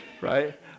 right